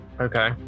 okay